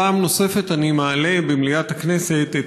פעם נוספת אני מעלה במליאת הכנסת את